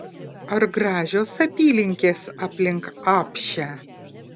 ar gražios apylinkės aplink apšę